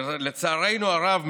לצערנו הרב,